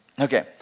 Okay